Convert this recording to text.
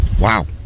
Wow